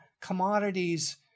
commodities